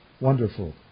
Wonderful